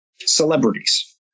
celebrities